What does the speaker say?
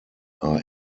are